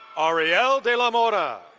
ariel delamora.